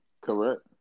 Correct